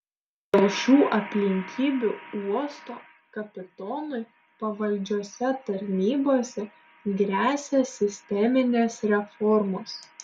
dėl šių aplinkybių uosto kapitonui pavaldžiose tarnybose gresia sisteminės reformos